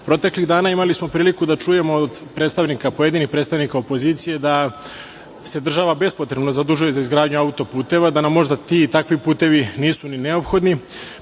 Proteklih dana imali smo priliku da čujemo od pojedinih predstavnika opozicije da se država bespotrebno zadužuje za izgradnju auto-puteva, da nam možda ti i takvi puteva nisu ni neophodni,